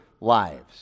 lives